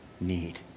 need